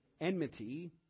enmity